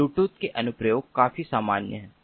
Bluetooth के अनुप्रयोग काफी सामान्य हैं